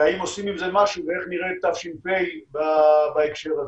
והאם עושים עם זה משהו ואיך נראית תש"ף בהקשר הזה.